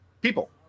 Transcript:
people